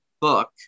book